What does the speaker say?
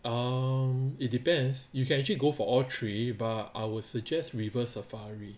um it depends you can actually go for all three but I would suggest river safari